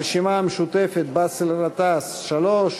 הרשימה המשותפת, באסל גטאס עם שלוש,